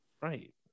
right